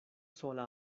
sola